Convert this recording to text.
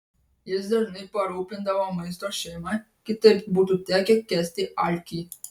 jis dažnai parūpindavo maisto šeimai kitaip būtų tekę kęsti alkį